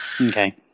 okay